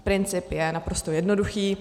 Princip je naprosto jednoduchý.